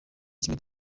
kimwe